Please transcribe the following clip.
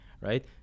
right